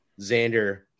Xander